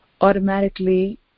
automatically